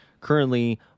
currently